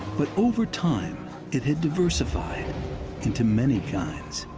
but over time it had diversified into many kinds,